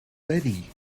ready